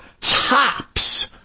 tops